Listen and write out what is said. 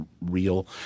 real